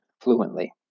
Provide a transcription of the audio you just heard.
fluently